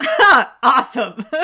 Awesome